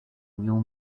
new